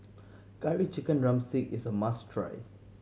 Curry Chicken drumstick is a must try